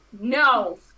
no